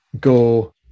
go